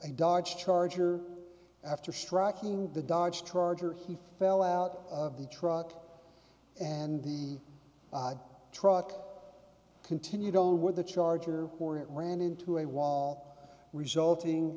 a dodge charger after striking the dodge charger he fell out of the truck and the truck continued on with the charger for it ran into a wall resulting